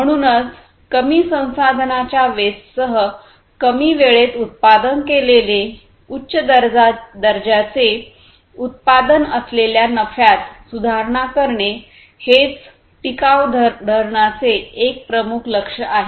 म्हणूनच कमी संसाधनांच्या वेस्टसह कमी वेळेत उत्पादन केलेले उच्च दर्जाचे उत्पादन असलेल्या नफ्यात सुधारणा करणे हेच टिकाव धरण्याचे एक संपूर्ण लक्ष्य आहे